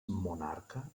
monarca